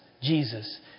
Jesus